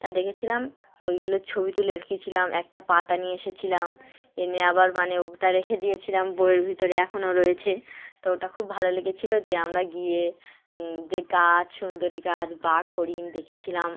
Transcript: তা দেখেছিলাম ওইগুলোর ছবি তুলে রেখেছিলাম একটা পাতা নিয়ে এসেছিলাম এনে আবার মানে ওটা রেখে দিয়েছিলাম বইয়ের ভিতরে এখনও রয়েছে তো ওটা খুব ভালো লেগেছিলো যে আমরা গিয়ে যে গাছ সুন্দরী গাছ বাঘ হরিণ দেখেছিলাম